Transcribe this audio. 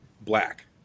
black